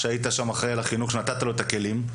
שהיית שם אחראי על החינוך שנתת לו את הכלים,